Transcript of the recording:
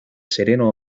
sereno